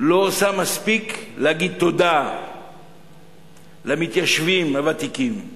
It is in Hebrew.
לא עושה מספיק להגיד תודה למתיישבים הוותיקים.